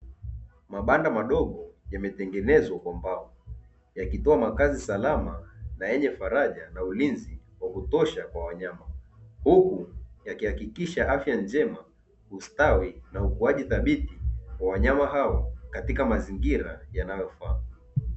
Mabanda madogo yametengenezwa kwa mbao yakitoa makazi salama na yenye faraja na ulinzi wa kutosha kwa wanyama, huku yakihakikisha afya njema ustawi na ukuaji thabiti kwa wanyama hao katika mazingira yanayofaa.